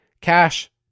cash